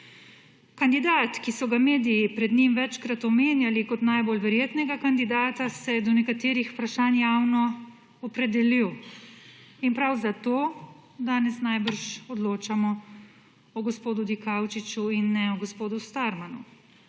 Kandidat, ki so ga mediji pred njim večkrat omenjali kot najbolj verjetnega kandidata se je do nekaterih vprašanj javno opredelil in prav zato danes namreč odločamo o gospodu Dikaučiču in ne o gospodu Starmanu.